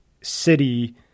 city